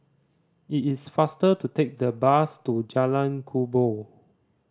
it is faster to take the bus to Jalan Kubor